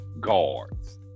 Guards